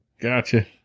Gotcha